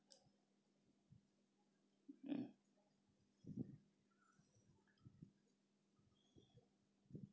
mm